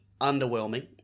underwhelming